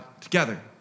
together